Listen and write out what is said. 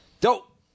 Dope